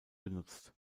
benutzt